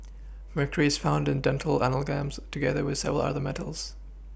mercury is found in dental amalgams together with several other metals